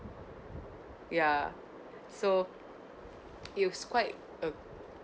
ya so it was quite a